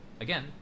Again